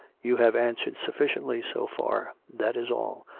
you have answered sufficiently so far that is all.